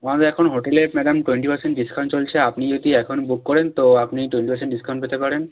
আমাদের এখন হোটেলে ম্যাডাম টোয়েন্টি পারসেন্ট ডিসকাউন্ট চলছে আপনি যদি এখন বুক করেন তো আপনি টোয়েন্টি পারসেন্ট ডিসকাউন্ট পেতে পারেন